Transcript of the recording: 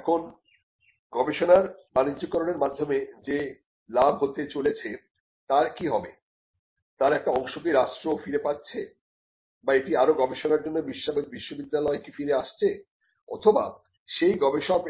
এখন গবেষণার বাণিজ্যকরনের মাধ্যমে যে লাভ হতে চলেছে তার কি হবে তার একটা অংশ কি রাষ্ট্র ফিরে পাচ্ছে বা এটি আরও গবেষণার জন্য বিশ্ববিদ্যালয়ে কি ফিরে আসছে অথবা সেই গবেষক